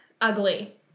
ugly